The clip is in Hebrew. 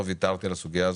לא ויתרתי על הסוגיה הזאת,